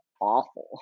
awful